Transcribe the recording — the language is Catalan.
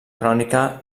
crònica